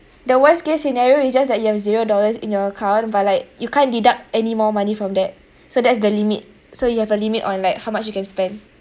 the worst case scenario is just that you have zero dollars in your account but like you can't deduct any more money from that so that's the limit so you have a limit on like how much you can spend